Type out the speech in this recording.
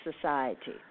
society